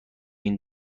این